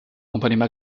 compagnie